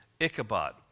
Ichabod